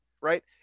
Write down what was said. Right